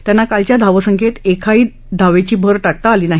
त्यांना कालच्या धावसंख्येत एकाही धावेची भर टाकता आली नाही